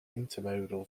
intermodal